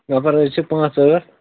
نَفَر حظ چھِ پانٛژھ ٲٹھ